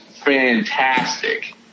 fantastic